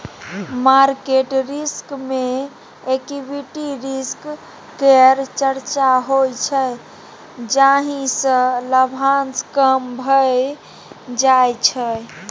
market risk मे equity risk केर चर्चा होइ छै जाहि सँ लाभांश कम भए जाइ छै